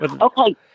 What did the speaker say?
Okay